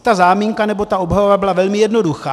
Ta záminka, nebo ta obhajoba byla velmi jednoduchá.